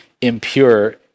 impure